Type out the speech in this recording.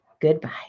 Goodbye